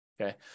Okay